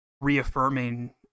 reaffirming